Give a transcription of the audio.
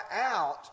out